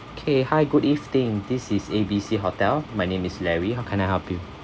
okay hi good evening this is A B C hotel my name is larry how can I help you